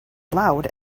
loud